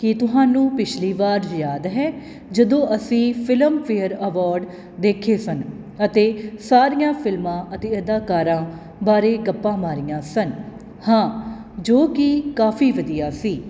ਕੀ ਤੁਹਾਨੂੰ ਪਿਛਲੀ ਵਾਰ ਯਾਦ ਹੈ ਜਦੋਂ ਅਸੀਂ ਫਿਲਮਫੇਅਰ ਅਵੋਰਡ ਦੇਖੇ ਸਨ ਅਤੇ ਸਾਰੀਆਂ ਫਿਲਮਾਂ ਅਤੇ ਅਦਾਕਾਰਾਂ ਬਾਰੇ ਗੱਪਾਂ ਮਾਰੀਆਂ ਸਨ ਹਾਂ ਜੋ ਕਿ ਕਾਫ਼ੀ ਵਧੀਆ ਸੀ